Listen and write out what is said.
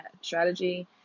strategy